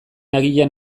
agian